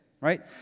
right